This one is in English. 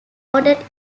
nodded